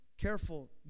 careful